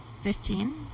Fifteen